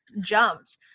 jumped